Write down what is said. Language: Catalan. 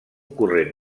corrent